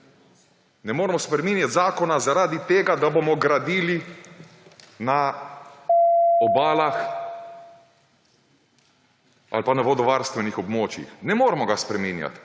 Ne moremo spreminjati zakona zaradi tega, da bomo gradili na obalah ali pa na vodovarstvenih območjih. Ne moremo ga spreminjati,